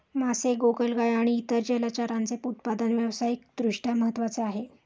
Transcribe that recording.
मासे, गोगलगाय आणि इतर जलचरांचे उत्पादन व्यावसायिक दृष्ट्या महत्त्वाचे आहे